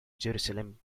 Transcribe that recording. jerusalem